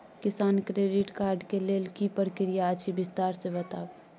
किसान credit card के लेल की प्रक्रिया अछि विस्तार से बताबू?